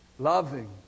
Loving